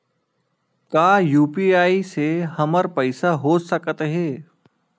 का यू.पी.आई से हमर पईसा हो सकत हे?